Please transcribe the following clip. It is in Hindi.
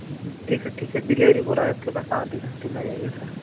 ठीक है ठीक है डिलिवरी बॉय आपके पास आधे घंटे में आ जाएगा सर